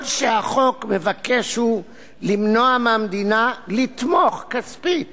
כל שהחוק מבקש הוא למנוע מהמדינה לתמוך כספית